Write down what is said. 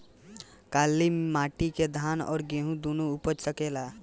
काली माटी मे धान और गेंहू दुनो उपज सकेला?